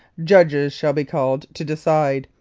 judges shall be called to decide.